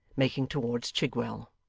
making towards chigwell.